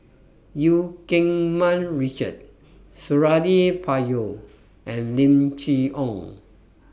EU Keng Mun Richard Suradi Parjo and Lim Chee Onn